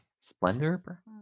Splendor